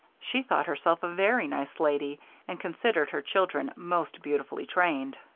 she thought herself a very nice lady and considered her children most beautifully trained.